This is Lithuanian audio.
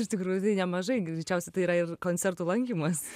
iš tikrųjų nemažai greičiausia tai yra ir koncertų lankymas